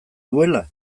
duela